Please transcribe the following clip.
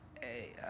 hey